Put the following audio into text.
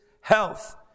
health